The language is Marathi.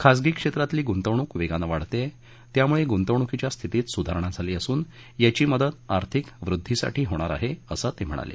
खाजगी क्षेत्रातली गुंतवणूक वेगानं वाढत आहे त्यामुळे गुंतवणुकीच्या स्थितीत सुधारणा झाली असून याची मदत आर्थिक वृद्वीसाठी होणार आहे असं त्यांनी सांगितलं